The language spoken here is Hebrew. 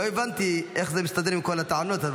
לא הבנתי איך זה מסתדר עם כל הטענות.